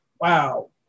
wow